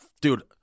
dude